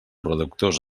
reductors